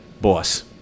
boss